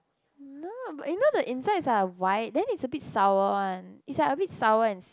no but you know the insides are white then is a bit sour one is like a bit sour